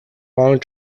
long